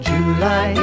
July